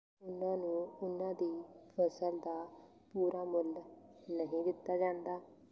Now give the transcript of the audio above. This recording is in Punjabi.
ਉਹਨਾਂ ਨੂੰ ਉਹਨਾਂ ਦੀ ਫਸਲ ਦਾ ਪੂਰਾ ਮੁੱਲ ਨਹੀਂ ਦਿੱਤਾ ਜਾਂਦਾ